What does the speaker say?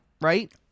right